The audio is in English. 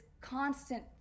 constant